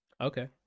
Okay